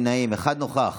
הממשלה על רצונה